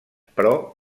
però